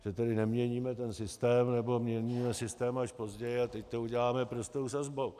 Že tedy neměníme ten systém, nebo měníme systém až později a teď to uděláme prostou sazbou.